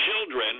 children